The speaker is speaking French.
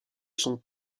sont